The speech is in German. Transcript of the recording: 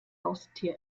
haustier